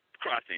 crossing